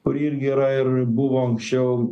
kuri irgi yra ir buvo anksčiau